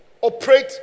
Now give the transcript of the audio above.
operate